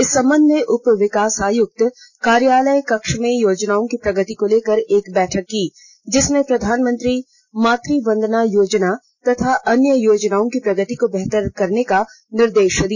इस संबंध में उप विकास आयुक्त कार्यालय कक्ष में योजनाओं की प्रगति को लेकर एक बैठक की जिसमें प्रधानमंत्री मात वंदना योजना तथा अन्य योजनाओं की प्रगति को बेहतर करने का निर्देश दिया